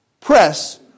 press